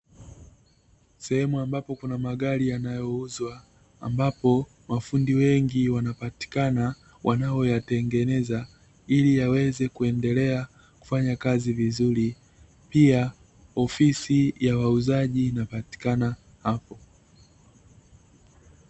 Sehemu ambapo kuna magari yanayouzwa, ambapo mafundi wengi wanapatikana wanaoyatengeneza ili yaweze kuendelea kufanya kazi vizuri, pia ofisi ya wauzaji inapatikana hapo.